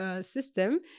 System